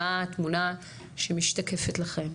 מה התמונה שמשתקפת לכם?